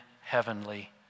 heavenly